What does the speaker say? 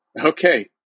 Okay